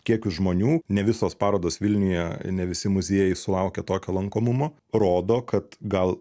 kiekius žmonių ne visos parodos vilniuje ne visi muziejai sulaukia tokio lankomumo rodo kad gal